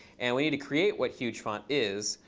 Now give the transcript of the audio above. and we need to create what huge font is.